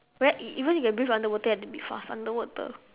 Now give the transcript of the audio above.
where even you can breathe underwater you have to be fast underwater